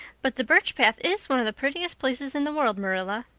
but the birch path is one of the prettiest places in the world, marilla.